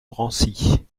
drancy